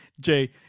jay